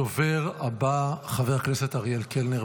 הדובר הבא, חבר הכנסת אריאל קלנר,